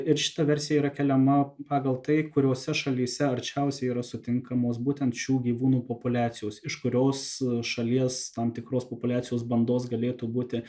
ir šita versija yra keliama pagal tai kuriose šalyse arčiausiai yra sutinkamos būtent šių gyvūnų populiacijos iš kurios šalies tam tikros populiacijos bandos galėtų būti